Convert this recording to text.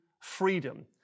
freedom